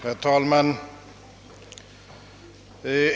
Herr talman!